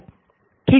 नितिन ठीक है